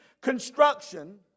construction